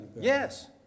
Yes